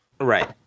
Right